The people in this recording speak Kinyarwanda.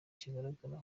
kigaragara